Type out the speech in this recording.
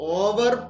over